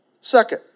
Second